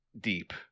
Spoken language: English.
deep